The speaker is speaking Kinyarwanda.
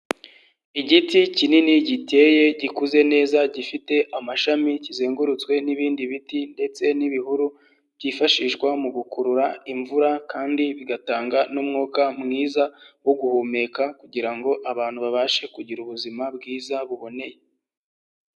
Igiti kinini giteye gikuze neza, gifite amashami kizengurutswe n'ibindi biti ndetse n'ibihuru byifashishwa mu gukurura imvura kandi bigatanga n'umwuka mwiza wo guhumeka, kugira ngo abantu babashe kugira ubuzima bwiza buboneye.